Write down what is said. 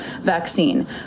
vaccine